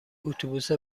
اتوبوس